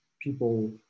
people